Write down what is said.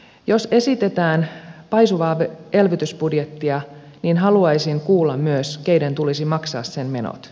jos esitetään paisuvaa elvytysbudjettia niin haluaisin kuulla myös keiden tulisi maksaa sen menot